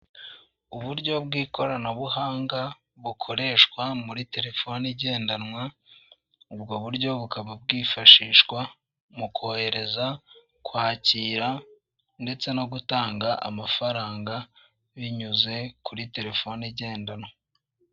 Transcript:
Uburyo bw'ikoranabuhanga bukoreshwa muri telefoni igendanwa ubwo buryo bukaba bwifashishwa mu kohereza, kwakira ndetse no gutanga amafaranga binyuze kuri telefone igendanwa .